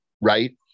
right